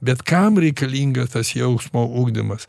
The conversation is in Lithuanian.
bet kam reikalinga tas jausmo ugdymas